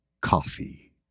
coffee